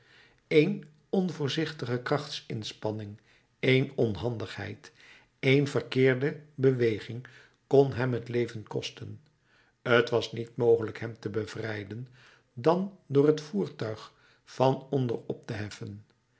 een onvoorzichtige krachtsinspanning een onhandigheid een verkeerde beweging kon hem het leven kosten t was niet mogelijk hem te bevrijden dan door het voertuig van onder op te heffen